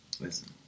Listen